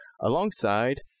alongside